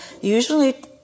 usually